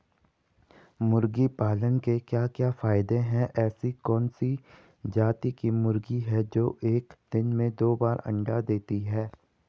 मुर्गी पालन के क्या क्या फायदे हैं ऐसी कौन सी जाती की मुर्गी है जो एक दिन में दो बार अंडा देती है?